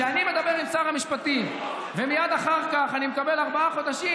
כשאני מדבר עם שר המשפטים ומייד אחר כך אני מקבל ארבעה חודשים,